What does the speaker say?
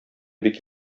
бик